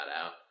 out